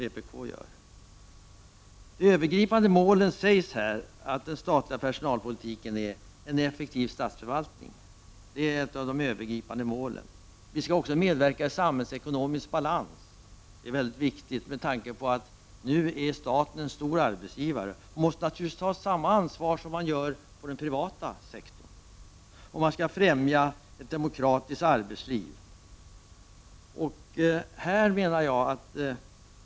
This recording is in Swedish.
Det sägs här att de övergripande målen för personalpolitiken är en effektiv statsförvaltning. Vi vill också medverka till samhällsekonomisk balans. Det är viktigt med tanke på att staten är en stor arbetsgivare och måste ta samma ansvar som man gör inom den privata sektorn. Ett demokratiskt arbetsliv skall främjas.